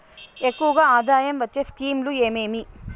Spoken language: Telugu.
ఎక్కువగా ఆదాయం వచ్చే స్కీమ్ లు ఏమేమీ?